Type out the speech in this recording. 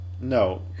No